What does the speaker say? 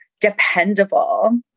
dependable